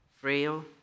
frail